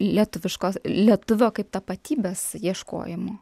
lietuviškos lietuvio kaip tapatybės ieškojimo